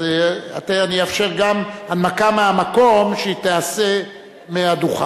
אז אני אאפשר שגם הנמקה מהמקום תיעשה מהדוכן.